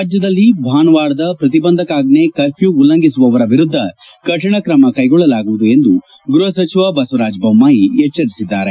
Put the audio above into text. ರಾಜ್ಞದಲ್ಲಿ ಭಾನುವಾರದ ಶ್ರತಿಬಂಧಕಾಜ್ಞೆ ಕರ್ಫ್ಲೂ ಉಲ್ಲಂಘಿಸುವವರ ವಿರುದ್ದ ಕಠಿಣ ಕ್ರಮ ಕೈಗೊಳ್ಳಲಾಗುವುದು ಎಂದು ಗೃಪ ಸಚಿವ ಬಸವರಾಜ ಜೊಮ್ನಾಯಿ ಎಚ್ಚರಿಸಿದ್ದಾರೆ